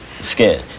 skin